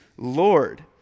Lord